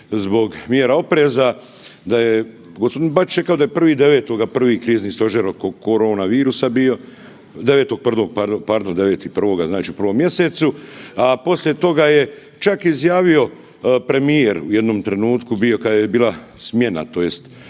zbog mjera opreza, da je g. Bačić rekao da je 1.9. prvi krizni stožer oko koronavirusa bio, 9., pardon, pardon, pardon. 9.1. znači u prvom mjesecu, a poslije toga je čak izjavio premijer u jednom trenutku bio kad je bila smjena tj.